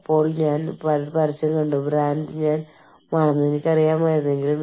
ഇപ്പോൾ നിങ്ങൾ തീർച്ചയായും പ്രാദേശിക കറൻസിയിൽ ജീവനക്കാർക്ക് പണം നൽകണമെന്ന് തീരുമാനിക്കാം